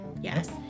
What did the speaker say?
Yes